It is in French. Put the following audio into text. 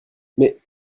mais